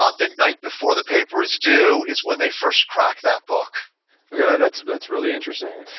ah the night before the paper is due is when they first crack that book yeah that's that's really interesting.